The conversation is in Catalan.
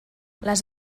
les